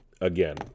again